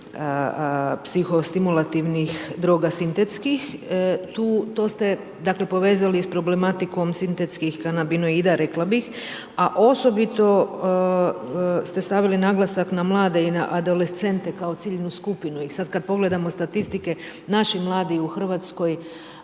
psihostimulativnih droga sintetskih, tu, to ste, dakle, povezali s problematikom sintetskih kanabinoida rekla bih, a osobito ste stavili naglasak na mlade i na adolescente kao ciljnu skupinu i sad kad pogledamo statistike, naši mladi u RH su